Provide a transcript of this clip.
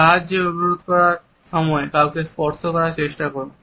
সাহায্যের অনুরোধ করার সময় কাউকে স্পর্শ করার চেষ্টা করুন